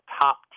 top